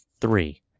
three